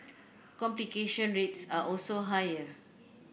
complication rates are also higher